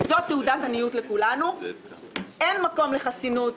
זאת תעודת עניות לכולנו, אין מקום לחסינות.